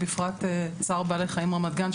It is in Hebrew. בפרט צער בעלי חיים רמת גן,